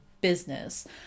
business